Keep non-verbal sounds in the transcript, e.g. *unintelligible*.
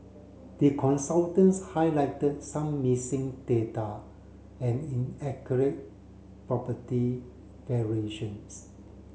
the consultants highlighted some missing data and *unintelligible* property valuations